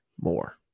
more